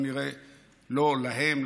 להם,